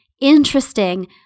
interesting